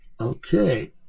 Okay